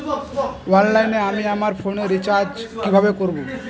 অনলাইনে আমি আমার ফোনে রিচার্জ কিভাবে করব?